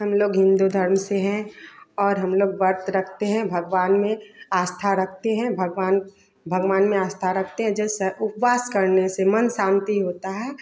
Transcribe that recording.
हम लोग हिन्दू धर्म से हैं और हम लोग व्रत रखते है भगवान में आस्था रखते है भागवान भागवान में आस्था रखते है जैसे उपवास करने से मन शांति होता है